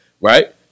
right